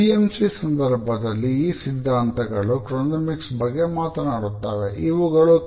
M